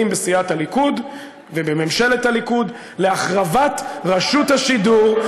בסיעת הליכוד ובממשלת הליכוד להחרבת רשות השידור,